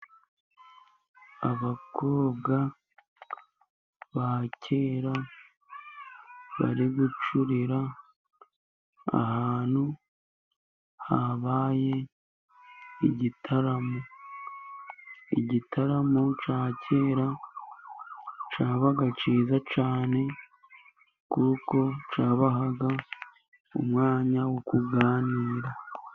Abakobwa ba kera，bari gucurira ahantu habaye igitaramo. Igitaramo cya kera cyabaga kiza cyane， kuko cyabahaga umwanya wo kuganira.